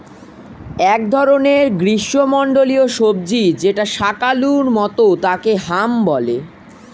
এক ধরনের গ্রীষ্মমন্ডলীয় সবজি যেটা শাকালু মতো তাকে হাম বলে